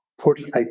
put